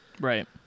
Right